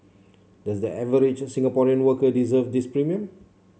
does the average Singaporean worker deserve this premium